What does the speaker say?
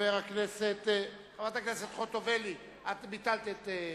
חברת הכנסת חוטובלי, את ביטלת את השתתפותך.